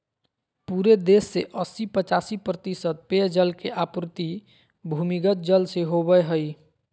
पूरे देश में अस्सी पचासी प्रतिशत पेयजल के आपूर्ति भूमिगत जल से होबय हइ